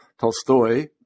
Tolstoy